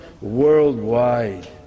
worldwide